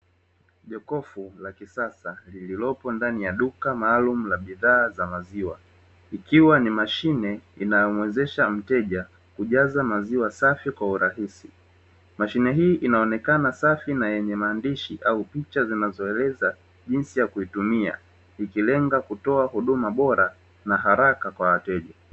Jokofu la kisasa lilipo ndani ya duka la kisasa, machine ina lenga kutoa huduma bora kwa wateja.